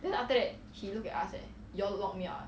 then after that he looked at ask eh your lock me ah